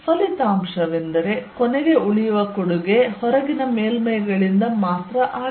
ಫಲಿತಾಂಶವೆಂದರೆ ಕೊನೆಗೆ ಉಳಿಯುವ ಕೊಡುಗೆ ಹೊರಗಿನ ಮೇಲ್ಮೈಗಳಿಂದ ಮಾತ್ರ ಆಗಿದೆ